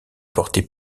porter